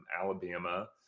Alabama